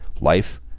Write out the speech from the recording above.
Life